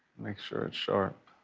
make sure it's sharp.